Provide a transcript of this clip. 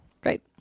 Great